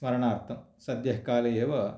स्मरणार्थं सद्यकाले एव